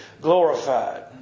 glorified